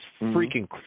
freaking